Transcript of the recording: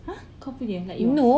!huh! kau punya like yours